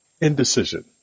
indecision